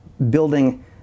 building